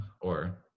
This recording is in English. or-